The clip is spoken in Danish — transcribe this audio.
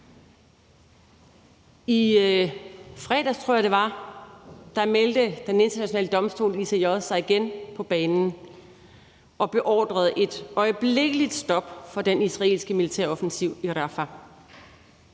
det var, meldte Den Internationale Domstol, ICJ, sig igen på banen og beordrede et øjeblikkeligt stop for den israelske militæroffensiv i Rafah.